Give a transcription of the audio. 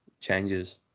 changes